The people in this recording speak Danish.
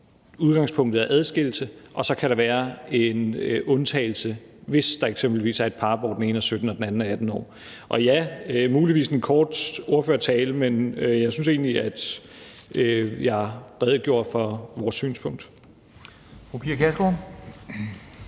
udgangspunktet er adskillelse, og så kan der være en undtagelse, hvis der eksempelvis er et par, hvor den ene er 17 og den anden er 18 år. Og ja, det var muligvis en kort ordførertale, men jeg synes egentlig, at jeg redegjorde for vores synspunkt.